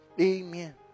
Amen